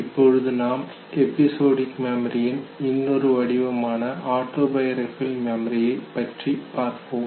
இப்பொழுது நாம் எபிசொடிக் மெமரியின் இன்னொரு வடிவமான ஆட்டோபயோகிராபிகல் மெமரியை பற்றி பார்ப்போம்